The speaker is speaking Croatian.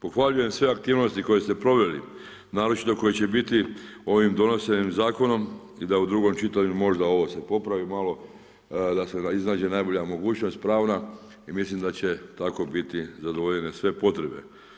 Pohvaljujem sve aktivnosti koje ste proveli, naročito koje će biti ovim donesenim zakonom i da u drugom čitanju možda ovo se popravi malo, da se iznađe najbolja mogućnost pravna i mislim da će tako biti zadovoljene sve potrebe.